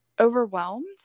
overwhelmed